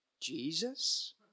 Jesus